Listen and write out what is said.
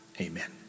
Amen